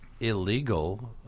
illegal